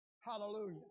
Hallelujah